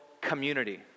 community